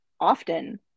often